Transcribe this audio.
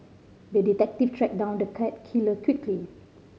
the detective tracked down the cat killer quickly